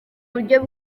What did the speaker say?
buryo